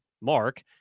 Mark